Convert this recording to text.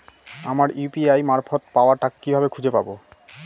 আমার ইউ.পি.আই মারফত পাওয়া টাকা কিভাবে খুঁজে পাব?